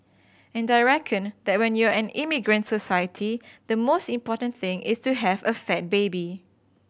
and I reckon that when you're an immigrant society the most important thing is to have a fat baby